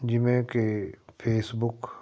ਜਿਵੇਂ ਕਿ ਫੇਸਬੁੱਕ